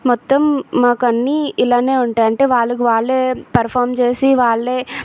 మొత్తం మాకు అన్నీ ఇలాగే ఉంటాయి అంటే వాళ్ళకి వాళ్ళు పర్ఫార్మ్ చేసి వాళ్ళు